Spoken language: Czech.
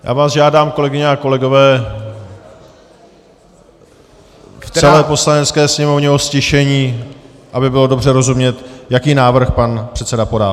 Já vás žádám, kolegyně a kolegové v Poslanecké sněmovně, o ztišení, aby bylo dobře rozumět, jaký návrh pan předseda podá.